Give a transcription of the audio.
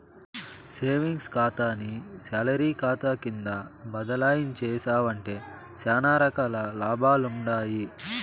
savings కాతాని salary కాతా కింద బదలాయించేశావంటే సానా రకాల లాభాలుండాయి